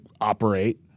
operate